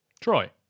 Troy